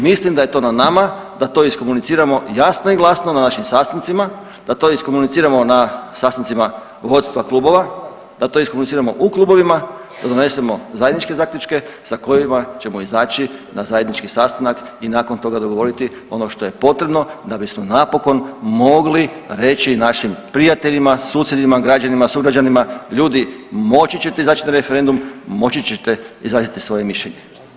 Mislim da je to na nama da to iskomuniciramo jasno i glasno na našim sastancima, da to iskomuniciramo na sastancima vodstva klubova, da to iskomuniciramo u klubovima, da donesemo zajedničke zaključke sa kojima ćemo izaći na zajednički sastanak i nakon toga dogovoriti ono što je potrebno da bismo napokon mogli reći našim prijateljima, susjedima, građanima, sugrađanima, ljudi moći ćete izaći na referendum, moći ćete izraziti svoje mišljenje.